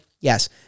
yes